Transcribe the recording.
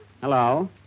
Hello